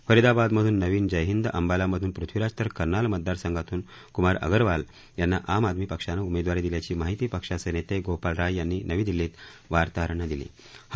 फरिदाबाद मधून नवीन जयहिंद अंबाला मधून पृथ्वीराज तर कर्नाल मतदारसंघातून क्मार अग्रवाल यांना आम आदमी पक्षानं उमेदवारी दिल्याची माहिती पक्षाचे नेते गोपाल राय यांनी नवी दिल्लीत वार्ताहरांना ही माहिती दिली